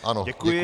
Ano, děkuji.